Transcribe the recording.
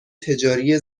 تجاری